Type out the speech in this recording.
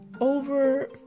over